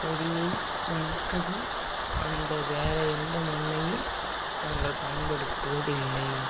செடியை வளர்க்கவும் அந்த வேற எந்த மண்ணையும் நாங்கள் பயன்படுத்துவது இல்லை